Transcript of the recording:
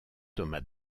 thomas